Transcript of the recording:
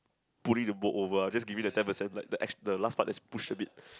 pulling the boat over ah just giving the ten percent like the X the last part just push a bit